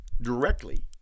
directly